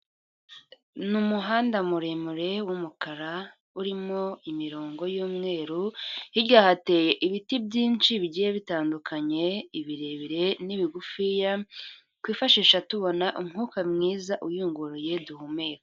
Ni umuhanda muremure w'umukara urimo imirongo y'umweru, hirya hateye ibiti byinshi bigiye bitandukanye ibirebire n'ibigufi, twifashisha tubona umwuka mwiza uyunguruye duhumeka.